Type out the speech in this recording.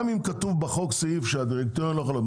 גם אם כתוב בחוק סעיף שהדירקטוריון לא ---,